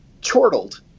chortled